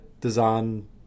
design